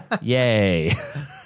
Yay